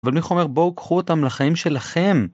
אבל מיכה אומר בואו, קחו אותם לחיים שלכם.